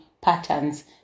patterns